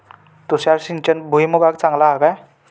तुषार सिंचन भुईमुगाक चांगला हा काय?